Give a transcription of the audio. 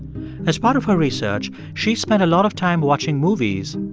as part of her research, she spent a lot of time watching movies,